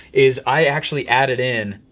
is i actually added in,